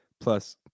plus